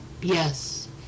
Yes